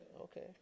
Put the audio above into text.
Okay